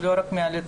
ולא רק מהליכוד,